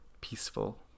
peaceful